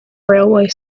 railway